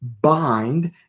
bind